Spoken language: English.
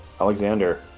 Alexander